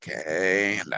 Okay